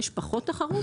יש פחות תחרות,